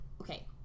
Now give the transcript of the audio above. okay